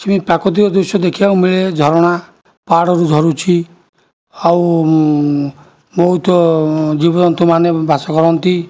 ସେମିତି ପ୍ରାକୃତିକ ଦୃଶ୍ୟ ଦେଖିବାକୁ ମିଳେ ଝରଣା ପାହାଡ଼ରୁ ଝରୁଛି ଆଉ ବହୁତ ଜୀବଜନ୍ତୁ ମାନେ ବାସକରନ୍ତି